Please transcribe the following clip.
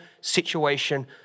situation